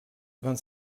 vingt